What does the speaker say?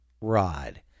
rod